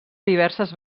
diverses